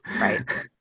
right